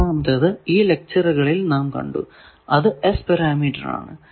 രണ്ടാമത്തേത് ഈ ലെക്ച്ചറുകളിൽ നാം കണ്ടു അത് S പാരാമീറ്റർ ആണ്